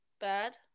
bad